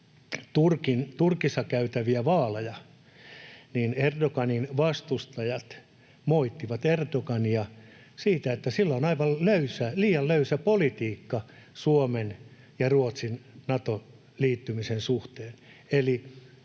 Turkissa käytäviä vaaleja, niin Erdoğanin vastustajat moittivat Erdoğania siitä, että hänellä on liian löysä politiikka Suomen ja Ruotsin Nato-liittymisen suhteen.